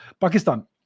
Pakistan